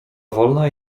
wolna